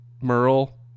Merle